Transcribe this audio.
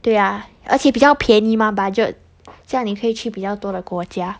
对呀而且比较便宜吗 budget 这样你可以去比较多的国家